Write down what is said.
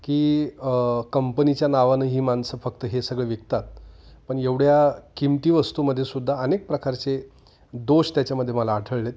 की कंपनीच्या नावानं ही माणसं फक्त हे सगळं विकतात पण एवढया किंमती वस्तूमध्ये सुद्धा अनेक प्रकारचे दोष त्याच्यामध्ये मला आढळले आहेत